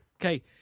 Okay